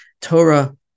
Torah